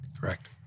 Correct